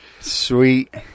Sweet